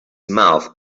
mouths